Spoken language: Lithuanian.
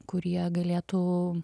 kurie galėtų